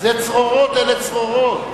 אלה צרורות.